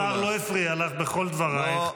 השר לא הפריע לך בכל דברייך.